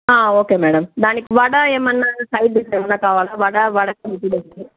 okay madam దానికి వడ ఏమన్నా side dish ఏమన్నా కావాలా వడ వడ